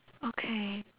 okay